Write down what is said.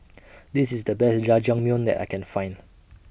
This IS The Best Jajangmyeon that I Can Find